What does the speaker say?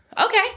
okay